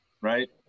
right